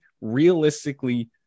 realistically